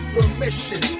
Permission